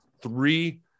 three